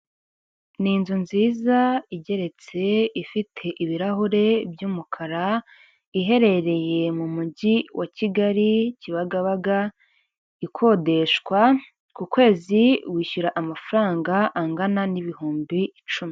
Ni inzu nziza igeretse, ifite ibirahure by'umukara, iherereye mu mujyi wa Kigali, Kibagabaga ikodeshwa, ku kwezi wishyura amafaranga angana n'ibihumbi icumi.